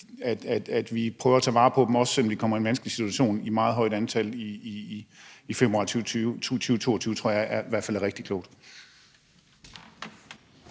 fald prøver at tage vare på dem, også selv om de kommer i en vanskelig situation i et meget højt antal i februar 2022. Det tror jeg i hvert fald er rigtig klogt.